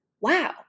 wow